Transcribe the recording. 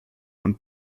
und